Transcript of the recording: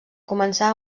començar